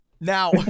now